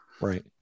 right